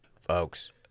Folks